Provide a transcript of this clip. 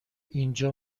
اینجا